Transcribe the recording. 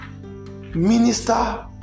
minister